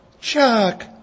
Chuck